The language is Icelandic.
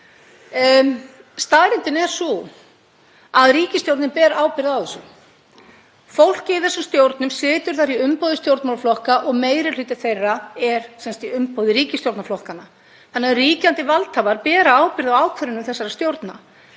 Staðreyndin er sú að ríkisstjórnin ber ábyrgð á þessu. Fólkið í þessum stjórnum situr þar í umboði stjórnmálaflokka og meiri hluti þeirra er í umboði ríkisstjórnarflokkanna, þannig að ríkjandi valdhafar bera ábyrgð á ákvörðunum þessara stjórna.